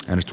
risto